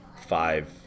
five